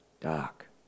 dark